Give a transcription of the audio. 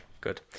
Good